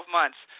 months